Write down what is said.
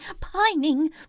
Pining